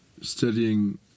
studying